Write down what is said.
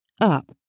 up